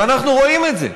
ואנחנו רואים את זה,